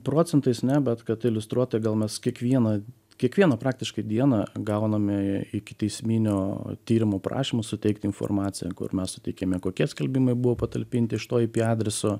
procentais ne bet kad iliustruot tai gal mes kiekvieną kiekvieną praktiškai dieną gauname ikiteisminio tyrimo prašymus suteikti informaciją kur mes suteikiame kokie skelbimai buvo patalpinti iš to ip adreso